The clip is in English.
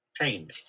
payment